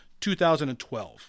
2012